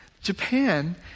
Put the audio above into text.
Japan